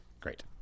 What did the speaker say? Great